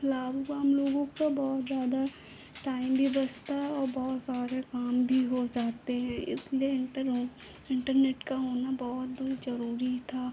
लाभ हुआ हमलोगों को बहुत ज़्यादा टाइम भी बचता है और बहुत सारे काम भी हो जाते हैं इसलिए इन्टरो इन्टरनेट का होना बहुत ही ज़रूरी था